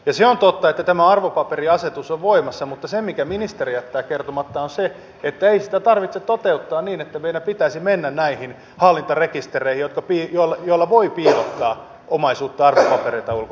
se on totta että tämä arvopaperiasetus on voimassa mutta ministeri jättää kertomatta että ei sitä tarvitse toteuttaa niin että meidän pitäisi mennä näihin hallintarekistereihin joilla voi piilottaa omaisuutta arvopapereita ulkomaille